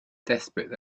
desperate